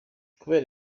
kubera